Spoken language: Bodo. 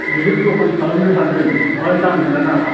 बिदिनो दखान खालामनो सानदों बेवहाय नांगोन ना नाङा